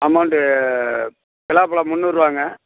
amount பலா பலம் முந்நூறுபாங்க